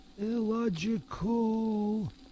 Illogical